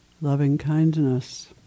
loving-kindness